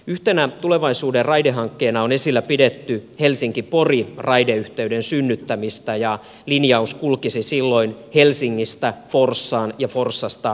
yhtenä tulevaisuuden raidehankkeena on esillä pidetty helsinkipori raideyhteyden synnyttämistä ja linjaus kulkisi silloin helsingistä forssaan ja forssasta poriin